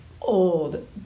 old